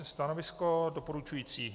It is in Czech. Stanovisko doporučující.